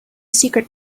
secret